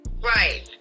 Right